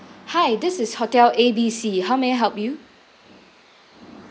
hi this is hotel A_B_C how may I help you